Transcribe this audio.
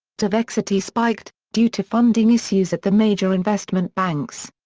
durvexity spiked, due to funding issues at the major investment banks.